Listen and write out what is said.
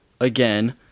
again